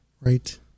Right